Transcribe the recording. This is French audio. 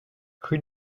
rue